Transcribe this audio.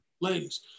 Ladies